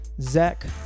Zach